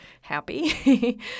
happy